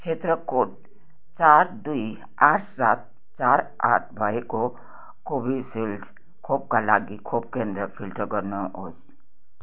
क्षेत्र कोड चार दुई आठ सात चार आठ भएको कोभिसिल्ड खोपका लागि खोप केन्द्र फिल्टर गर्नुहोस्